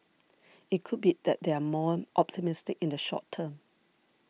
it could be that they're more optimistic in the short term